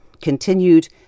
continued